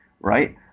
right